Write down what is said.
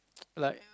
like